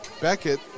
Beckett